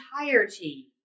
entirety